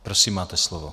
Prosím, máte slovo.